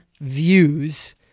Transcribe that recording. views